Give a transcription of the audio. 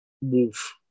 wolf